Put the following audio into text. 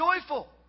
joyful